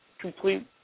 complete